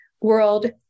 world